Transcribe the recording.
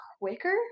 quicker